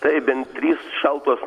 taip bent trys šaltos